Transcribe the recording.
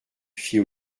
fit